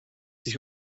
sich